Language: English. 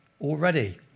already